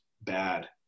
bad